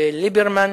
וליברמן